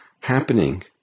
happening